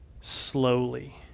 Slowly